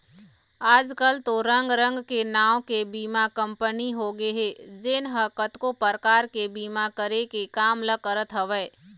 आजकल तो रंग रंग के नांव के बीमा कंपनी होगे हे जेन ह कतको परकार के बीमा करे के काम ल करत हवय